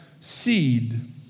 seed